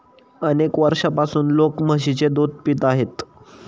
अनेक वर्षांपासून लोक म्हशीचे दूध पित आहेत